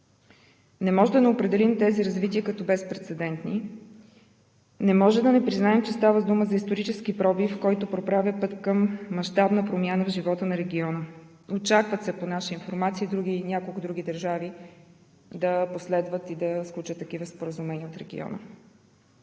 Не можем да не определим тези развития като безпрецедентни, не може да не признаем, че става дума за исторически пробив, който проправя път към мащабна промяна в живота на региона. Очакват се, по наша информация, и няколко други държави от региона да последват и да сключат такива споразумения. Това,